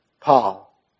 Paul